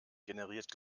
generiert